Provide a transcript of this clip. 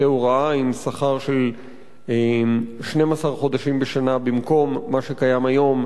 הוראה עם שכר של 12 חודשים בשנה במקום מה שקיים היום,